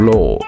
Law